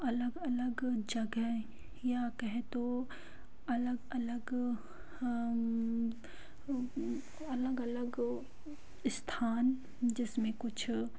अलग अलग जगह या कहें तो अलग अलग अलग अलग स्थान जिसमें कुछ